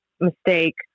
mistake